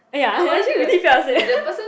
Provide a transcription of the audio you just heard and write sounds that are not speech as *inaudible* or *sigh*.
ya ya actually we did fell asleep *laughs*